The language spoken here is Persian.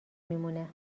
میمونه